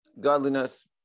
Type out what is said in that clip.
godliness